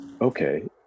Okay